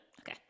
Okay